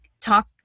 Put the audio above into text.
talk